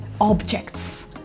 objects